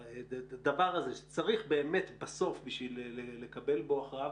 הדבר הזה שצריך באמת בסוף בשביל לקבל בו הכרעה,